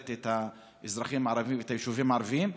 את האזרחים הערבים ואת היישובים הערביים.